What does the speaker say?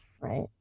right